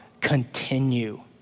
continue